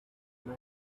knew